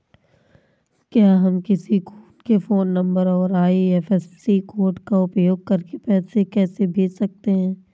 क्या हम किसी को उनके फोन नंबर और आई.एफ.एस.सी कोड का उपयोग करके पैसे कैसे भेज सकते हैं?